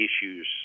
issues